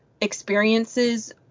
experiences